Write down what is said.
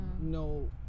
no